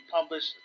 published